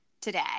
today